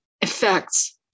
effects